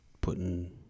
putting